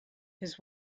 his